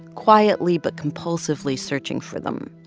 quietly but compulsively searching for them.